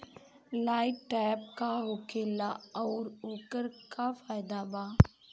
Light trap का होखेला आउर ओकर का फाइदा बा?